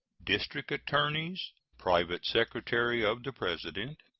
district attorneys, private secretary of the president,